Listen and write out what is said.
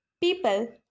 people